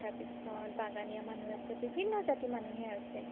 তাৰপিছত বাগানীয়া মানুহ আছে বিভিন্ন জাতিৰ মানুহেই আছে